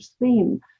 theme